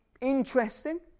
interesting